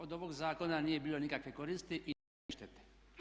Od ovog zakona nije bilo nikakve koristi i nikakve štete.